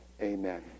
Amen